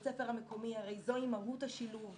הספר המקומי כי הרי זוהי מהות השילוב,